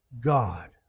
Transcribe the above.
God